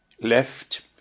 left